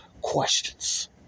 questions